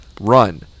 run